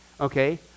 okay